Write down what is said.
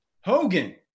Hogan